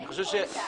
אין לי פה עמדה,